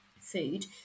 food